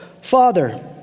Father